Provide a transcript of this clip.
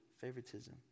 favoritism